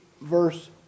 verse